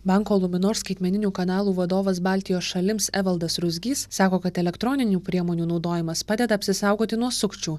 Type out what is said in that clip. banko luminor skaitmeninių kanalų vadovas baltijos šalims evaldas ruzgys sako kad elektroninių priemonių naudojimas padeda apsisaugoti nuo sukčių